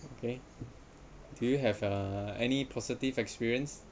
okay do you have uh any positive experience